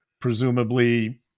presumably